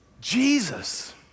Jesus